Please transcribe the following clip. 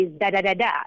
da-da-da-da